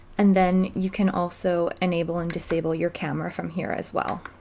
and then you can also enable and disable your camera from here as well.